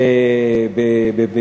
מאה אחוז.